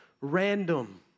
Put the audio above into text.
random